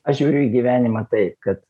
aš žiūriu į gyvenimą taip kad